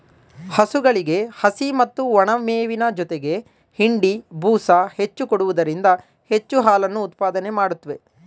ಹಸುಗಳಿಗೆ ಹಸಿ ಮತ್ತು ಒಣಮೇವಿನ ಜೊತೆಗೆ ಹಿಂಡಿ, ಬೂಸ ಹೆಚ್ಚು ಕೊಡುವುದರಿಂದ ಹೆಚ್ಚು ಹಾಲನ್ನು ಉತ್ಪಾದನೆ ಮಾಡುತ್ವೆ